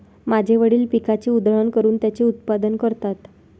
माझे वडील पिकाची उधळण करून त्याचे उत्पादन करतात